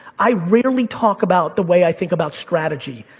i rarely talk about the way i think about strategy.